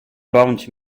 bądź